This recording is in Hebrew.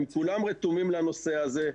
הם כולם רתומים לנושא הזה,